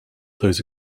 those